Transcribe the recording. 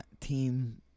team